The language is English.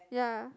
ya